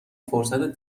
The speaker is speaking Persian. فرصت